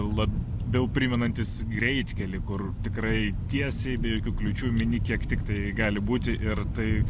labiau primenantis greitkelį kur tikrai tiesiai be jokių kliūčių mini kiek tiktai gali būti ir tai